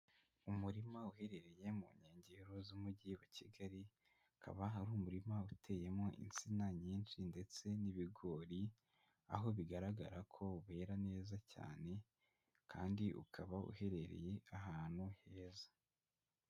Umurima uherereye mu nkengero z'Umujyi wa Kigali, ukaba ari umurima uteyemo insina nyinshi ndetse n'ibigori, aho bigaragara ko wera neza cyane kandi ukaba uherereye ahantu heza.